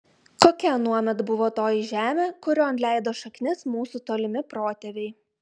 kokia anuomet buvo toji žemė kurion leido šaknis mūsų tolimi protėviai